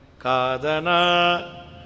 Kadana